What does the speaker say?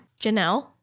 Janelle